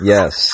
Yes